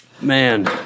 Man